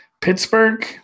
Pittsburgh